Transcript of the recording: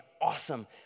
awesome